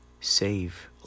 save